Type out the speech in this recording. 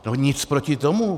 No nic proti tomu.